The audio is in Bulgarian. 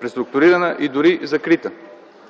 преструктурирана и дори закрита.